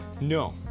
No